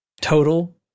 total